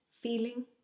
feeling